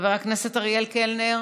חבר הכנסת אריאל קלנר,